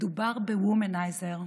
מדובר בוומנייזר.